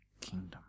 kingdom